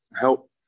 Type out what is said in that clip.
help